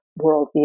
worldview